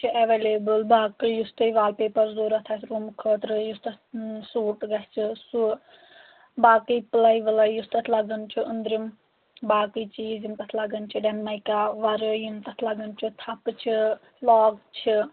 چھِ ایویلیبٕل باقٕے یُس تۄہہِ وال پیپَر ضوٚرَتھ آسہِ روٗمہٕ خٲطرٕ یُس تَتھ سوٗٹ گژھِ سُہ باقٕے پٕلاے وٕلاے یُس تَتھ لَگَن چھُ أنٛدرِم باقٕے چیٖز یِم تَتھ لَگَان چھِ ڈٮ۪نمایکا وَرٕٲے یِم تَتھ لَگَان چھِ تھپہٕ چھِ لاک چھِ